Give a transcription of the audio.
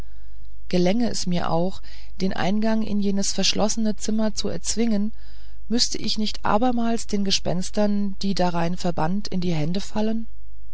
gelänge es mir auch den eingang in jenes verschlossene zimmer zu erzwingen müßte ich nicht abermals den gespenstern die man darein gebannt in die hände fallen